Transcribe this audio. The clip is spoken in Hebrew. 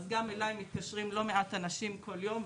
אז גם אליי מתקשרים לא מעט אנשים כל יום,